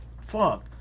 fuck